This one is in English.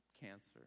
cancer